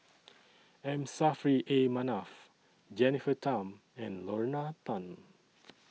M Saffri A Manaf Jennifer Tham and Lorna